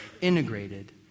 integrated